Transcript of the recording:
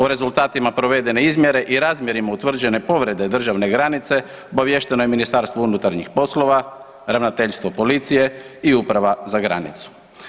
O rezultatima provede izmjere i razmjerima utvrđene povrede državne granice, obaviješteno je Ministarstvo unutarnjih poslova, Ravnateljstvo policije i Uprava za granicu.